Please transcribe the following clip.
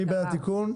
מי בעד התיקון?